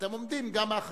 אתם גם עומדים מאחוריו.